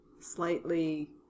slightly